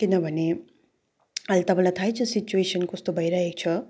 किनभने अहिले तपाईँलाई थाहै छ सिचुएसन कस्तो भइरहेको छ